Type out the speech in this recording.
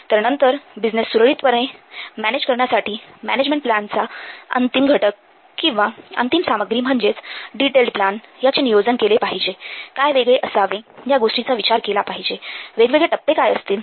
तर नंतर बिझनेस सुरळीतरित्या मॅनेज करण्यासाठी मॅनेजमेंट प्लॅनचा अंतिम घटक किंवा अंतिम सामग्री म्हणजेच डिटेलेड प्लॅन याचे नियोजन केले पाहिजे काय वेगळे असावे या गोष्टींचा विचार केला पाहिजे वेगवेगळे टप्पे काय असतील